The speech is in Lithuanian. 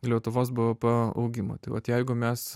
lietuvos bvp augimo tai vat jeigu mes